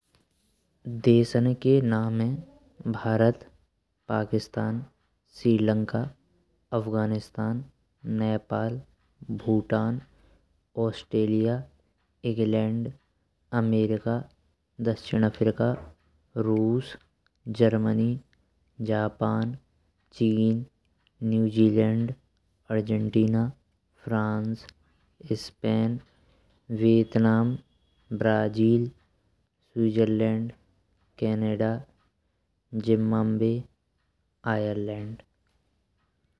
देशन के नाम हैं Bharat, Pakistan, Sri Lanka, Afghanistan, Nepal, Bhutan, Australia, England, America, दक्षिण अफ्रीका, रूस, जर्मनी, जापान, चीन, New Zealand, Argentina, France, Spain, Vietnam, Brazil, Switzerland, Canada, Zimbabwe, Ireland.